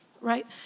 right